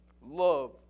love